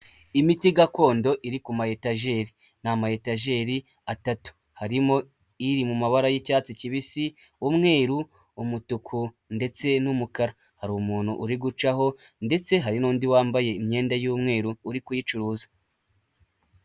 Imiti gakondo iri ku mayetajeri ni amayetajeri atatu harimo iri mu mabara y'icyatsi kibisi, umweru, umutuku ndetse n'umukara. Hari umuntu uri gucaho ndetse hari n'undi wambaye imyenda y'umweru uri kuyicuruza.